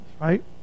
right